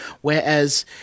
Whereas